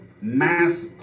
mass